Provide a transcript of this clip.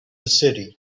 city